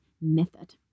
method